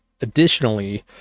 Additionally